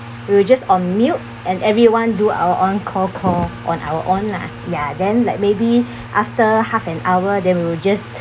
we will just on mute and everyone do our own cold call on our own lah ya then like maybe after half an hour then we will just